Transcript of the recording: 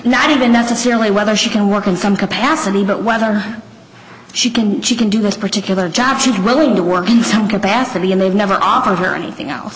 necessarily whether she can work in some capacity but whether she can she can do this particular job she's willing to work in some capacity and they've never offered her anything else